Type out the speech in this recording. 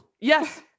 Yes